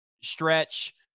Stretch